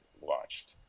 watched